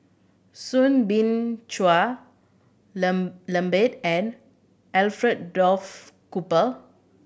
Soo Bin Chua Lambert and Alfred Duff Cooper